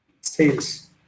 Sales